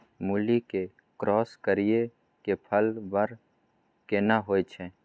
मूली के क्रॉस करिये के फल बर केना होय छै?